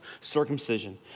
circumcision